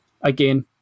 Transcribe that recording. Again